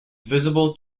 visible